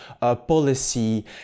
policy